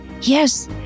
Yes